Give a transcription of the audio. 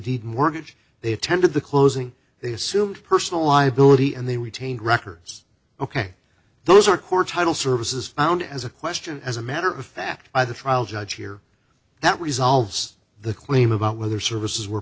deed mortgage they attended the closing they assumed personal liability and they retained records ok those are core title services found as a question as a matter of fact by the trial judge here that resolves the claim about whether services were